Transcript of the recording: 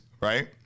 right